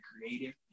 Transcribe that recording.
creative